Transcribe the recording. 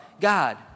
God